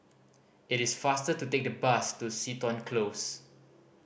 it is faster to take the bus to Seton Close